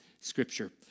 scripture